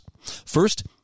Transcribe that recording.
First